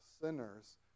sinners